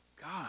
God